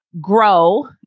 grow